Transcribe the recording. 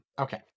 Okay